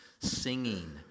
singing